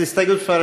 הסתייגות מס'